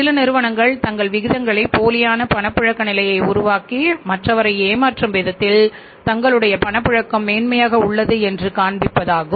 சில நிறுவனங்கள் தங்கள் விகிதங்களை போலியான பணப்புழக்க நிலையை உருவாக்கி மற்றவரை ஏமாற்றும் விதத்தில் தங்களுடைய பணப்புழக்கம் மேன்மையாக உள்ளது என்று காண்பிப்பது ஆகும்